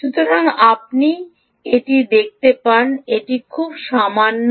সুতরাং আপনি এটি দেখতে পান এটি খুব সামান্য